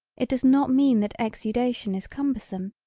it does not mean that exudation is cumbersome,